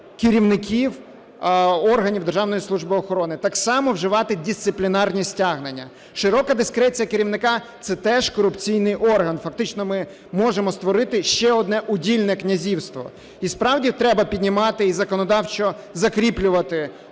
служби охорони, так само вживати дисциплінарні стягнення. Широка дискреція керівника – це теж корупційний орган. Фактично ми можемо створити ще одне удільне князівство. І справді треба піднімати і законодавчо закріплювати,